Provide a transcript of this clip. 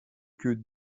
que